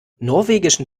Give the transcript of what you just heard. norwegischen